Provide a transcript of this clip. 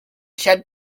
shed